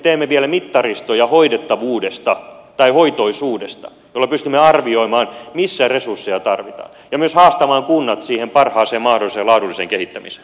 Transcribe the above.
teemme vielä mittaristoja hoitoisuudesta jolloin pystymme arvioimaan missä resursseja tarvitaan ja myös haastamaan kunnat siihen parhaaseen mahdolliseen laadulliseen kehittämiseen